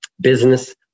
business